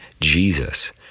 Jesus